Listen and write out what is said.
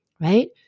right